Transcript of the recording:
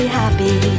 happy